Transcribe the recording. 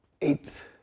Eight